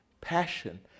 passion